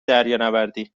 دریانوردی